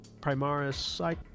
Primaris